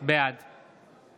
בעד